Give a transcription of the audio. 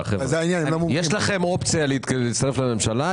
יש לכם אופציה להצטרף לממשלה,